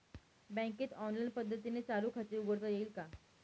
बँकेत ऑनलाईन पद्धतीने चालू खाते उघडता येईल का?